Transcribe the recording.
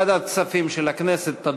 לוועדת הכספים ביקשת,